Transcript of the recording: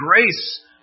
grace